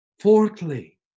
Fourthly